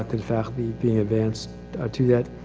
and faculty, the advance ah to that.